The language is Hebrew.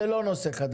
זה לא נושא חדש.